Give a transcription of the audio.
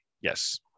Yes